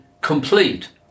complete